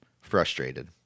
frustrated